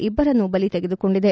ಇಬ್ದರನ್ನು ಬಲಿತೆಗೆದುಕೊಂಡಿದೆ